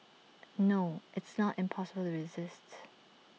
no it's non impossible to resists